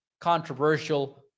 controversial